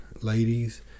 ladies